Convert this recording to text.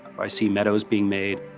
i see meadows being made.